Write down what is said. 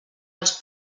els